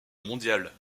mondial